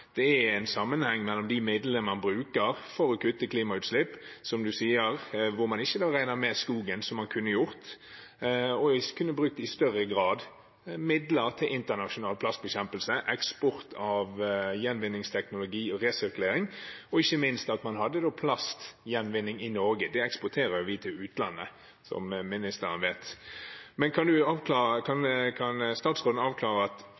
det er en sammenheng mellom de midlene man bruker for å kutte klimagassutslipp, som statsråden sier, hvor man ikke regner med skogen, som man kunne gjort, og ikke i større grad bruker midler til internasjonal plastbekjempelse, eksport av gjenvinningsteknologi og resirkulering, og ikke minst at man hadde plastgjenvinning i Norge – det eksporterer vi til utlandet, som ministeren vet. Kan